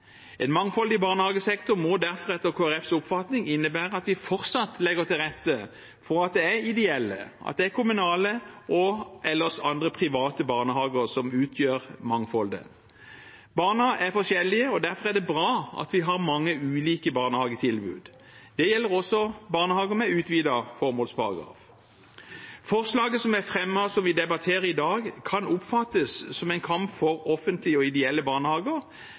En mangfoldig barnehagesektor må derfor etter Kristelig Folkepartis oppfatning innebære at vi fortsatt legger til rette for at det er ideelle, kommunale og/eller andre private barnehager som utgjør mangfoldet. Barna er forskjellige, og derfor er det bra at vi har mange ulike barnehagetilbud. Det gjelder også barnehager med utvidet formålsparagraf. Forslaget som er fremmet, og som vi debatterer i dag, kan oppfattes som en kamp for offentlige og ideelle barnehager,